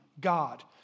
God